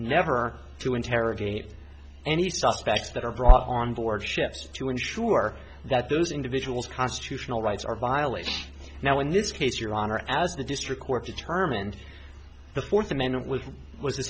never to interrogate any suspects that are brought on board ships to ensure that those individuals constitutional rights are violated now in this case your honor as the district court determined the fourth amendment with was